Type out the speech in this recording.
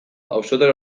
auzotar